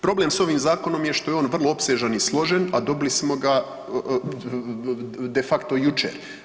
Problem s ovim zakonom je što je on vrlo opsežan i složen, a dobili smo ga de facto jučer.